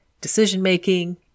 decision-making